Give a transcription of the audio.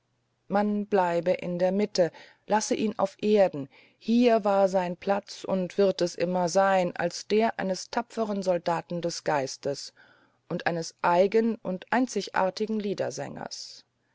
man bleibe in der mitte lasse ihn auf erden hier war sein platz und wird es immer sein als der eines tapferen soldaten des geistes und eines eigen und einzigartigen